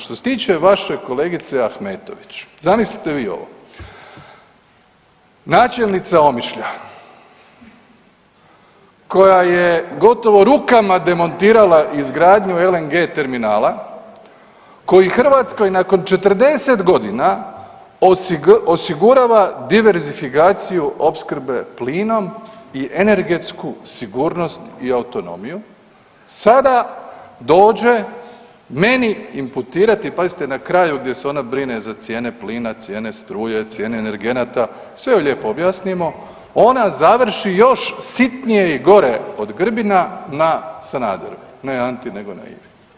Što se tiče vaše kolegice Ahmetović, zamislite vi ovo, načelnica Omišlja koja je gotovo rukama demontirala izgradnju LNG terminala koji Hrvatskoj nakon 40 godina osigurava diverzifikaciju opskrbe plinom i energetsku sigurnost i autonomiju sada dođe meni imputirati pazite na kraju gdje se ona brine za cijene plina, cijene struje, cijeni energenata, sve joj lijepo objasnimo, ona završi još sitnije i gore od Grbina na Sanderu, ne Anti nego na Ivi.